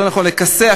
יותר נכון לכסח,